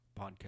Podcast